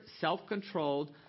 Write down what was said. self-controlled